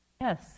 Yes